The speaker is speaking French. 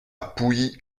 pouilly